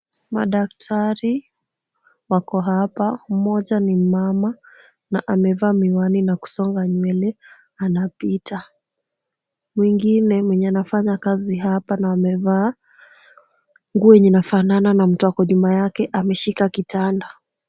Madaktari wako hapa mmoja ni mmama na amevaa miwani na kusonga nywele anapita. Mwingine mwenye anafanya kazi hapa na amevaa nguo yenye inafanana na mtu ako nyuma yake ameshika kitanda.